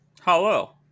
hello